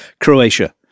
Croatia